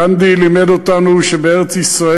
גנדי לימד אותנו שבארץ-ישראל,